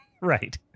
Right